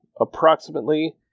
approximately